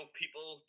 people